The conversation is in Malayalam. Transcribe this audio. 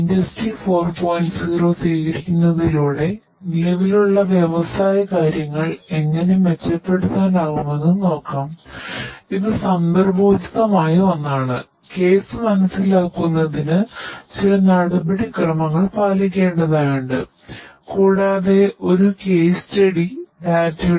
ഇൻഡസ്ടറി4